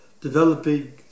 developing